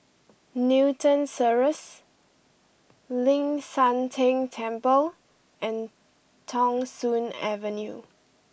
Newton Cirus Ling San Teng Temple and Thong Soon Avenue